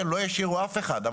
לא השאירו אף אחד,